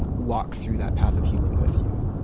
ah walk through that path of healing with you.